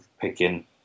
picking